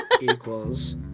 equals